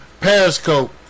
Periscope